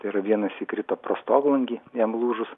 tai yra vienas įkrito pro stoglangį jam lūžus